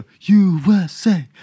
USA